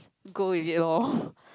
go with it loh